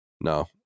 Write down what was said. No